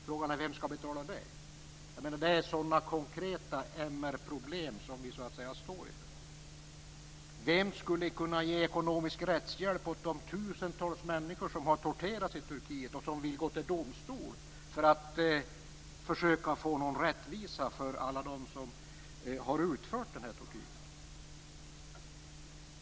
Frågan är: Vem skall betala det? Det är sådana konkreta MR-problem som vi står inför. Vem skulle kunna ge ekonomisk rättshjälp till de tusentals människor som har torterats i Turkiet och som vill gå till domstol för att försöka få någon rättvisa när det gäller alla dem som har utfört den här tortyren.